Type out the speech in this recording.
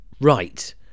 Right